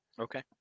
okay